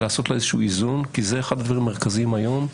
לעשות איזשהו איזון כי זה אחד הדברים המרכזיים היום.